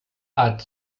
art